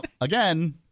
again